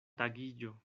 tagiĝo